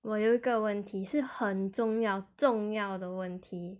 我有一个问题是很重要重要的问题